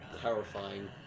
Terrifying